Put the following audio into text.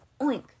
Oink